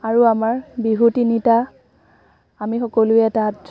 আৰু আমাৰ বিহু তিনিটা আমি সকলোৱে তাত